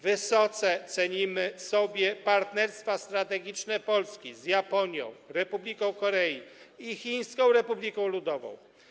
Wysoce cenimy sobie partnerstwa strategiczne Polski z Japonią, Republiką Korei i Chińską Republiką Ludową.